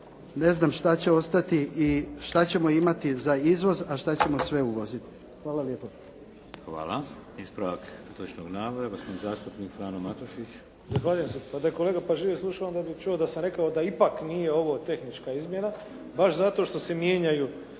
ne znam šta će ostati i šta ćemo imati za izvoz a šta ćemo sve uvoziti. Hvala lijepo. **Šeks, Vladimir (HDZ)** Hvala. Ispravak netočnog navoda gospodin zastupnik Frano Matušić. **Matušić, Frano (HDZ)** Zahvaljujem se. Pa da je kolega pažljivije slušao onda bi čuo da sam rekao da ipak nije ovo tehnička izmjena baš zato što se mijenjaju